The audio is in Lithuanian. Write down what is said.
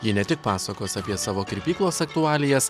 ji ne tik pasakos apie savo kirpyklos aktualijas